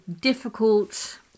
difficult